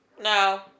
No